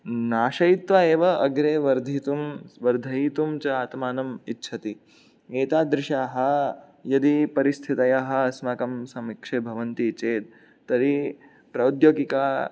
नाशयित्वा एव अग्रे वर्धितुं वर्धयितुञ्च आत्मानम् इच्छति एतादृशाः यदि परिस्थितयः अस्माकं समक्षे भवन्ति चेत् तर्हि प्रौद्योगिकाः